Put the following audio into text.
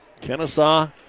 Kennesaw